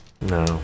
No